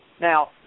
Now